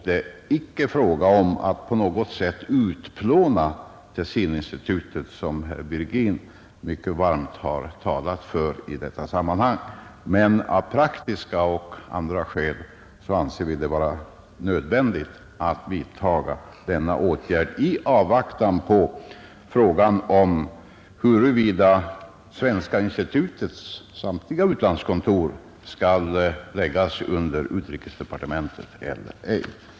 Det är icke fråga om att på något sätt utplåna Tessininstitutet, som herr Virgin mycket varmt talat för i detta sammanhang, men av praktiska och andra skäl anser vi det vara nödvändigt att vidtaga denna åtgärd i avvaktan på beslutet huruvida Svenska institutets samtliga utlandskontor skall läggas under utrikesdepartementet eller ej.